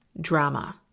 drama